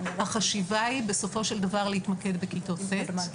החשיבה היא בסופו של דבר להתמקד בכיתות ט'.